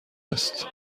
است